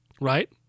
Right